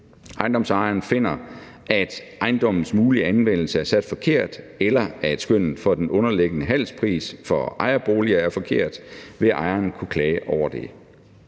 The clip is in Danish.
ejendomsejeren finder, at ejendommens mulige anvendelse er sat forkert, eller at skønnet for den underliggende handelspris for ejerbolig er forkert, vil ejeren kunne klage over det.